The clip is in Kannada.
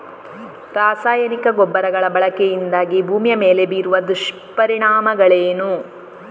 ರಾಸಾಯನಿಕ ಗೊಬ್ಬರಗಳ ಬಳಕೆಯಿಂದಾಗಿ ಭೂಮಿಯ ಮೇಲೆ ಬೀರುವ ದುಷ್ಪರಿಣಾಮಗಳೇನು?